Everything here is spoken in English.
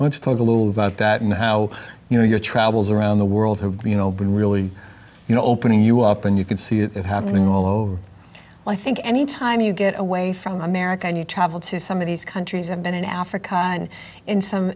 little about that and how you know your travels around the world have you know been really you know opening you up and you could see it happening all over well i think any time you get away from america you travel to some of these countries have been in africa and in some